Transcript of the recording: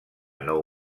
nou